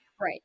right